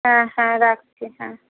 হ্যাঁ হ্যাঁ রাখছি হ্যাঁ